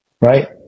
right